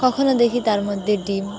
কখনও দেখি তার মধ্যে ডিম